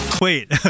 Wait